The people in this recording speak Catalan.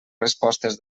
respostes